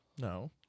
No